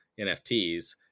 NFTs